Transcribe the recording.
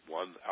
one